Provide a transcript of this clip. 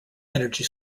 energy